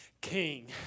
king